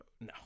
no